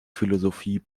philosophie